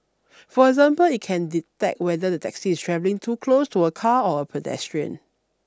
for example it can detect whether the taxi is travelling too close to a car or a pedestrian